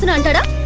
and and